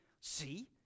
See